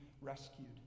rescued